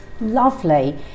Lovely